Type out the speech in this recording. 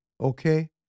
okay